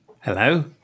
Hello